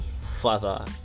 father